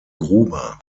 gruber